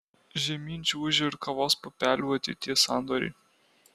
žemyn čiuožia ir kavos pupelių ateities sandoriai